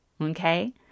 Okay